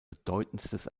bedeutendstes